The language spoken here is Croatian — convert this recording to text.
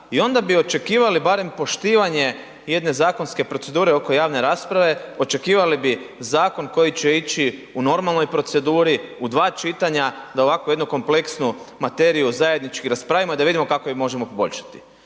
I onda bih očekivali barem poštivanje jedne zakonske procedure oko javne rasprave očekivali bi zakon koji će ići u normalnoj proceduri, u dva čitanja da ovako jednu kompleksnu materiju zajednički raspravimo i da vidimo kako je možemo poboljšati.